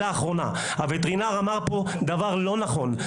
הווטרינר אמר פה דבר לא נכון.